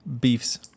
beefs